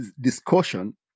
discussion